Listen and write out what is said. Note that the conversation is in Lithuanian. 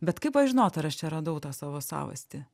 bet kaip pažinot ar aš čia radau tą savo savastį